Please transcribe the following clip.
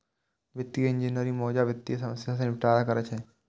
वित्तीय इंजीनियरिंग मौजूदा वित्तीय समस्या कें निपटारा करै छै